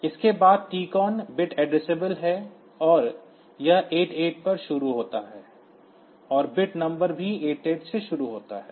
उसके बाद TCON bit addressable है और यह 88 पर शुरू होता है और बिट नंबर भी 88 से शुरू होता है